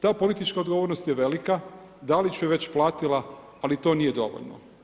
Ta politička odgovornost je velika, Dalić ju je već platila, ali to nije dovoljno.